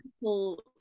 people